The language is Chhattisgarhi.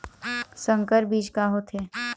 संकर बीज का होथे?